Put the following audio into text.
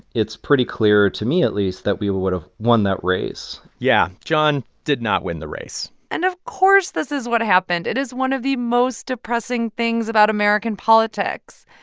it's pretty clear, to me, at least, that we would've won that race yeah. jon did not win the race and of course this is what happened. it is one of the most depressing things about american politics.